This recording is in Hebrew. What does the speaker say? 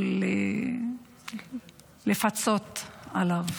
לפצות עליו.